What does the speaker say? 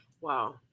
Wow